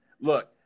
look